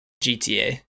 GTA